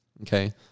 okay